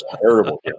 terrible